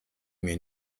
mir